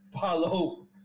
follow